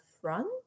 front